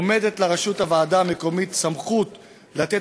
עומדת לרשות הוועדה המקומית סמכות לתת